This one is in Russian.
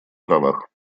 правах